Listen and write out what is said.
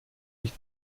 ich